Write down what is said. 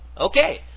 Okay